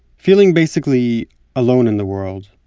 feeling basically alone in the world,